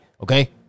Okay